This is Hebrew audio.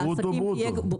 לברוטו-ברוטו.